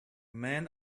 man